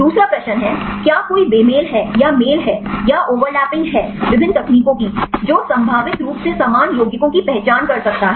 दूसरा प्रश्न है क्या कोई बेमेल है या मेल है या ओवरलैपिंग है विभिन्न तकनीकों की जो संभावित रूप से समान यौगिकों की पहचान कर सकता है